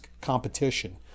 competition